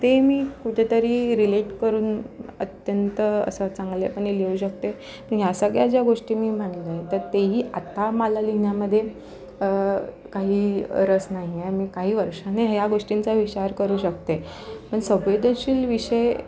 ते मी कुठेतरी रिलेट करून अत्यंत असं चांगल्यापणे लिहू शकते ह्या सगळ्या ज्या गोष्टी मी म्हणले त्या तेही आता माला लिहिण्यामधे काही रस नाही आहे मी काही वर्षांनी ह्या गोष्टींचा विचार करू शकते पन संवेदनशील विषय